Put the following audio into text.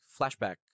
flashback